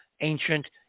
ancient